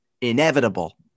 inevitable